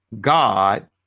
God